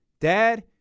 Dad